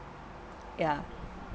ya